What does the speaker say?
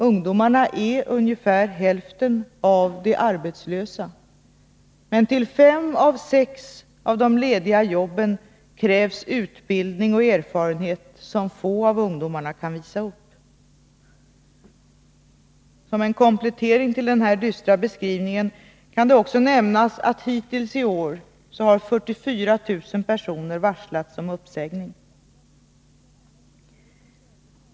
Ungdomarna utgör ungefär hälften av de arbetslösa, men till fem av sex lediga jobb krävs utbildning och erfarenhet som få av ungdomarna kan visa upp. Som en komplettering till den här dystra beskrivningen kan det också nämnas att hittills i år har 44 000 personer varslats om uppsägning.